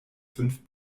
fünf